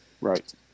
Right